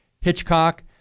Hitchcock